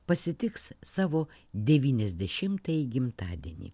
pasitiks savo devyniasdešimtąjį gimtadienį